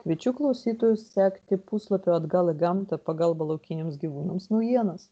kviečiu klausytojus sekti puslapiu atgal į gamtą pagalba laukiniams gyvūnams naujienas